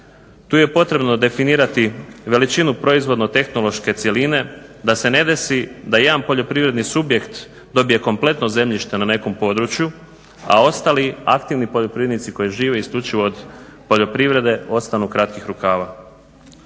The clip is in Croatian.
Tu je potrebno definirati i veličinu proizvodno-tehnološke cjeline da se ne desi da jedan poljoprivredni subjekt dobije kompletno zemljište na nekom području, a ostali aktivni poljoprivrednici koji žive isključivo od poljoprivrede ostanu kratkih rukava.